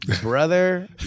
brother